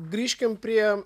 grįžkim prie